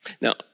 Now